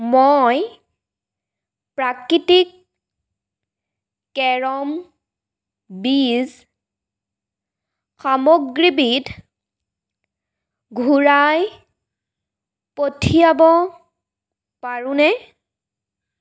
মই প্ৰাকৃতিক কেৰম বীজ সামগ্ৰীবিধ ঘূৰাই পঠিয়াব পাৰোনে